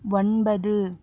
ஒன்பது